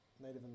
Native